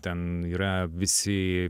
ten yra visi